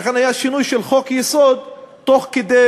ולכן היה שינוי של חוק-יסוד תוך כדי